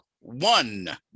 one